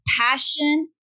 passion